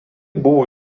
buvo